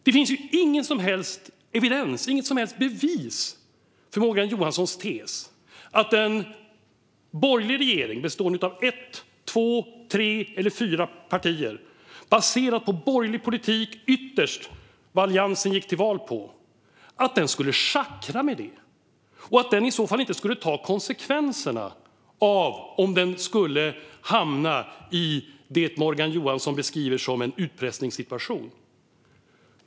Det finns ingen som helst evidens eller några som helst bevis för Morgan Johanssons tes att en borgerlig regering bestående av ett, två, tre eller fyra partier - baserad på borgerlig politik, vilket ytterst var vad Alliansen gick till val på - skulle schackra med detta och att den i så fall inte skulle ta konsekvenserna av om den skulle hamna i det Morgan Johansson beskriver som en utpressningssituation.